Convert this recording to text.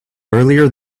earlier